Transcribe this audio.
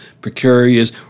precarious